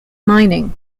mining